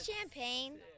champagne